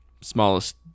smallest